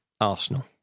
Arsenal